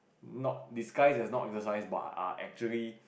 not disguised as not exercise but are actually